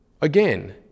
again